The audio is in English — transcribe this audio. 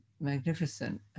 magnificent